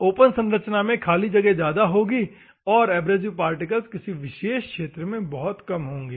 open संरचना में खाली जगह ज्यादा होंगी और एब्रेसिव पार्टिकल्स किसी विशेष क्षेत्र में बहुत कम होंगे